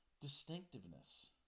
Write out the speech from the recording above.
Distinctiveness